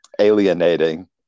alienating